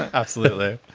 absolutely.